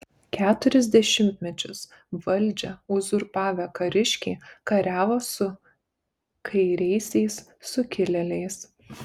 keturis dešimtmečius valdžią uzurpavę kariškiai kariavo su kairiaisiais sukilėliais